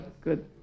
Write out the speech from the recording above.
Good